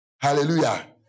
Hallelujah